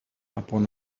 upon